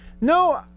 No